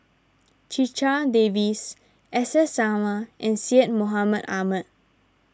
Checha Davies S S Sarma and Syed Mohamed Ahmed